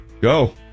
go